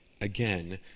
again